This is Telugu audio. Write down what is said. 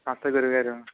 నమస్తే గురువుగారు